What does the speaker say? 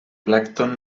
plàncton